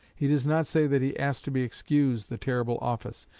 he does not say that he asked to be excused the terrible office.